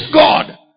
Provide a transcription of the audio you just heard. God